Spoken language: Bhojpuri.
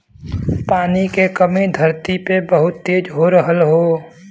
पानी के कमी धरती पे बहुत तेज हो रहल हौ